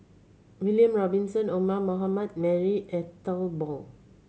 William Robinson Omar Mohamed Marie Ethel Bong